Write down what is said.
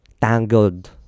tangled